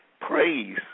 Praise